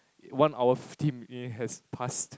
one hour fifty minute has past